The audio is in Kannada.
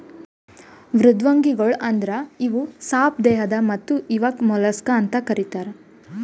ಮೃದ್ವಂಗಿಗೊಳ್ ಅಂದುರ್ ಇವು ಸಾಪ್ ದೇಹದ್ ಮತ್ತ ಇವುಕ್ ಮೊಲಸ್ಕಾ ಅಂತ್ ಕರಿತಾರ್